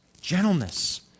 Gentleness